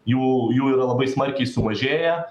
jų jų yra labai smarkiai sumažėję